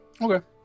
Okay